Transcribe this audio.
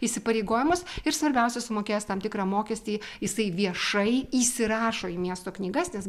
įsipareigojimus ir svarbiausia sumokėjęs tam tikrą mokestį jisai viešai įsirašo į miesto knygas nes